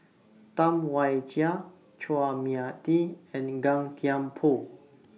Tam Wai Jia Chua Mia Tee and Gan Thiam Poh